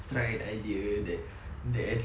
struck an idea that that